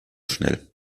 schnell